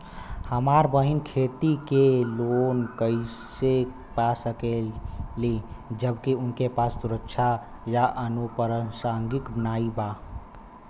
हमार बहिन खेती के लोन कईसे पा सकेली जबकि उनके पास सुरक्षा या अनुपरसांगिक नाई बा?